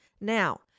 Now